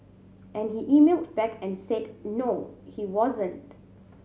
and he emailed back and said no he wasn't